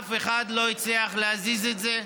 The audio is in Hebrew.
ואף אחד לא הצליח להזיז את זה.